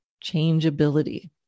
changeability